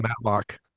matlock